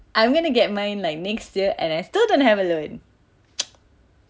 I'm gonna get mine like next year and I still don't have a loan